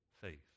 faith